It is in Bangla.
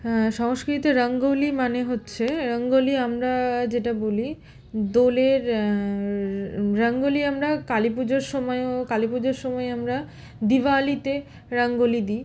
হ্যাঁ সংস্কৃতে রঙ্গোলি মানে হচ্ছে রঙ্গোলি আমরা যেটা বলি দোলের রঙ্গোলি আমরা কালী পুজোর সময়েও কালী পুজোর সময় আমরা দিওয়ালিতে রঙ্গোলি দিই